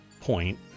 point